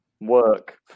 work